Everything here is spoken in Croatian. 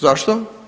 Zašto?